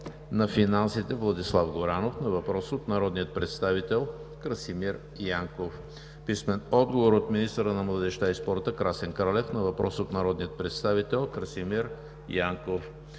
Красимир Янков; - министъра на младежта и спорта Красен Кралев на въпрос от народния представител Красимир Янков;